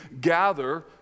gather